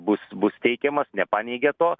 bus bus teikiamas nepaneigė to